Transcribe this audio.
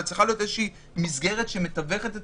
אבל צריכה להיות איזו מסגרת שמתווכת את